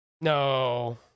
no